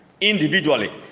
individually